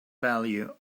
value